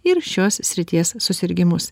ir šios srities susirgimus